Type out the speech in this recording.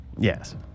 Yes